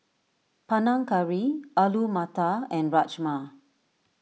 Panang Curry Alu Matar and Rajma